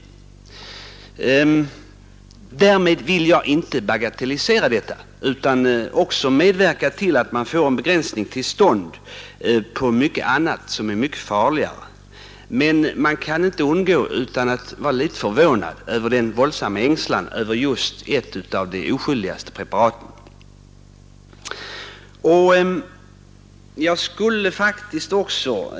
Därmed vill jag inte bagatellisera det nu aktuella giftet, men jag vill medverka till en begränsning i användandet av andra mycket farligare gifter. Jag kan inte undgå att vara litet förvånad över den våldsamma ängslan som ett av de mest oskyldiga preparaten har orsakat.